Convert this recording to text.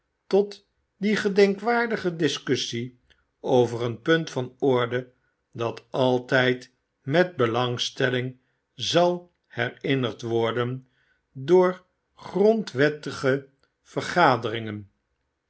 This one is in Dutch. tot die gedenkwaardige discussie over een punt van orde dat altp met belangstelling zal herinnerd worden door grondwettige vergaderingen